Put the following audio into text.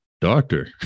doctor